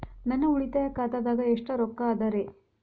ನನ್ನ ಉಳಿತಾಯ ಖಾತಾದಾಗ ಎಷ್ಟ ರೊಕ್ಕ ಅದ ರೇ?